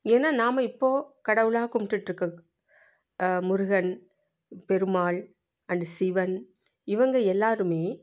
ஏன்னால் நாம் இப்போது கடவுளாக கும்பிட்டுட்ருக்க முருகன் பெருமாள் அண்டு சிவன் இவங்க எல்லோருமே